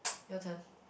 your turn